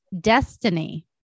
Destiny